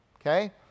okay